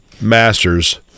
Masters